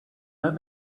that